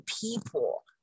people